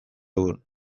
dugun